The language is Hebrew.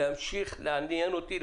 להמשיך לעניין אותי,